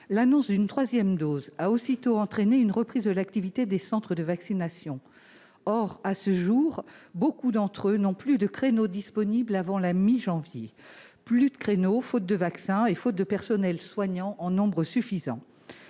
L'annonce de la troisième dose a aussitôt entraîné une reprise de l'activité de ces centres. Or, à ce jour, beaucoup d'entre eux n'ont plus de créneaux disponibles avant la mi-janvier, et ce faute de vaccins et de personnels soignants en nombre suffisant.